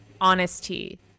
honesty